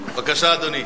בבקשה, אדוני.